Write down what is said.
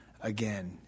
again